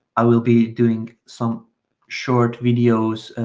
i will be doing some short videos,